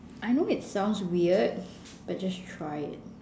I know it sounds weird but just try it